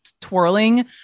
twirling